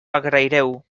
agraireu